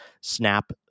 snap